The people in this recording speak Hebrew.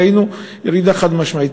ראינו ירידה חד-משמעית.